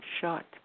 shot